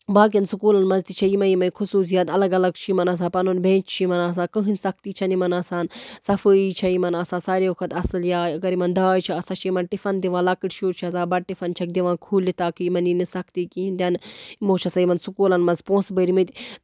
باقین سکوٗلَن منٛز تہِ چھِ یِمے یِمے خصوٗسیات اَلگ اَلگ چھُ یِمن آسان پنُن بیٚنچ چھُ یِمن آسان کٕہٕنۍ سَختی چھےٚ نہٕ یِمن آسان صفٲیی چھےٚ یِمن آسان ساروے کھۄتہٕ اَصٕل یا اَگر یِمن داے چھےٚ آسان سۄ چھےٚ یِمن ٹِفَن دِوان لۄکٕٹۍ شُرۍ چھِ آسان بَتہٕ ٹِفَن چھَکھ دِوان کھوٗلِتھ تاکہِ یِمن یی نہٕ سَختی کِہیٖنۍ تہِ نہٕ یِمو چھُ آسان یِمن سکوٗلَن منٛز پونٛسہٕ بٔرمٕتۍ